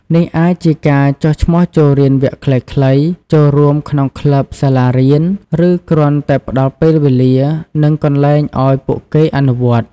នេះអាចជាការចុះឈ្មោះចូលរៀនវគ្គខ្លីៗ ចូលរួមក្នុងក្លឹបសាលារៀន ឬគ្រាន់តែផ្តល់ពេលវេលា និងកន្លែងឲ្យពួកគេអនុវត្តន៍។